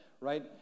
right